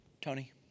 Tony